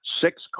Six